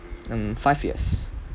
um five years